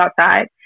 outside